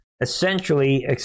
Essentially